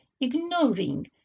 ignoring